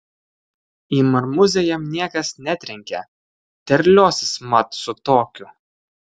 į marmuzę jam niekas netrenkia terliosis mat su tokiu